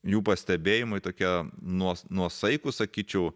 jų pastebėjimai tokie nuo nuosaikūs sakyčiau